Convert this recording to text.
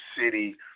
city